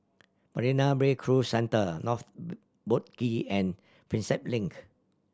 Marina Bay Cruise Centre North Boat Quay and Prinsep Link